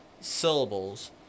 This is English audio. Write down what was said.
syllables